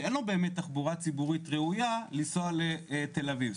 שאין לו באמת תחבורה ציבורית ראויה לנסוע לתל אביב.